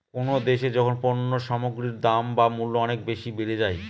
কোনো দেশে যখন পণ্য সামগ্রীর দাম বা মূল্য অনেক বেশি বেড়ে যায়